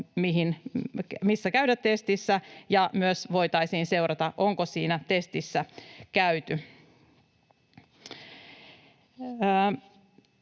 missä käydä testissä, ja josta myös voitaisiin seurata, onko siinä testissä käyty.